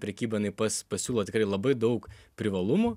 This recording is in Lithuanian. prekyba jinai pas pasiūlo tikrai labai daug privalumų